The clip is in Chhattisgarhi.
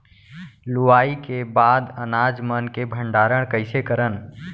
लुवाई के बाद अनाज मन के भंडारण कईसे करन?